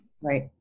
Right